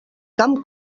camp